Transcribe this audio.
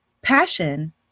Passion